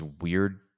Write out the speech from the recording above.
weird